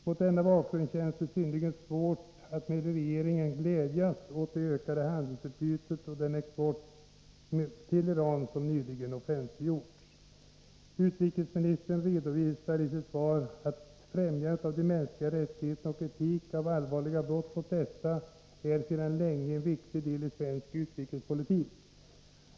Mot denna bakgrund känns det synnerligen svårt att med regeringen glädjas åt det ökande handelsutbytet och den ökning av exporten till Iran som nyligen offentliggjorts. Utrikesministern redovisar i sitt svar att främjandet av de mänskliga rättigheterna och kritik av allvarliga brott mot dessa sedan länge är en viktig del av svensk utrikespolitik.